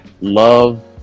Love